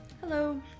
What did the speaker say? Hello